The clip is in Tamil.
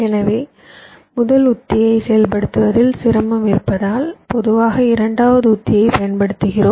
எனவே முதல் உத்தியை செயல்படுத்துவதில் சிரமம் இருப்பதால் பொதுவாக இரண்டாவது உத்தியை பயன்படுத்துகிறோம்